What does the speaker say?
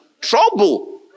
Trouble